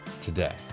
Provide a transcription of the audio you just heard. today